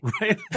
Right